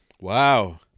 Wow